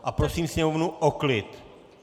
A prosím sněmovnu o klid!